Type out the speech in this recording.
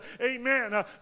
Amen